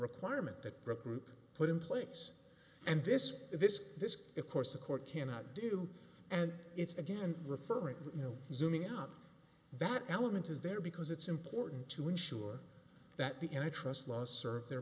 requirement that recruitment put in place and this this this of course a court cannot do and it's again referring you know zooming out that element is there because it's important to ensure that the entrust laws serve their